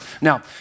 Now